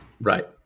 Right